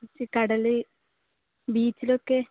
beach കടൽ ബീച്ചിലൊക്കെ